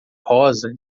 rosa